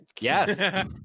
Yes